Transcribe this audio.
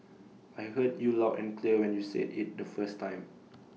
I heard you loud and clear when you said IT the first time